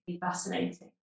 fascinating